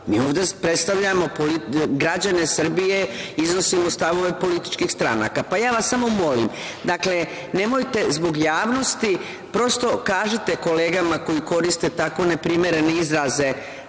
Mi ovde predstavljamo građane Srbije, iznosimo stavove političkih stranaka. Ja vas samo molim, dakle, nemojte, zbog javnosti, prosto kažite kolegama koje koriste tako neprimerene izraze,